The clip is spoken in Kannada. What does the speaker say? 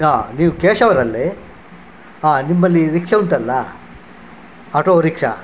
ಹಾಂ ನೀವು ಕೇಶವರಲ್ಲೇ ಹಾಂ ನಿಮ್ಮಲ್ಲಿ ರಿಕ್ಷಾ ಉಂಟಲ್ಲ ಆಟೋ ರಿಕ್ಷಾ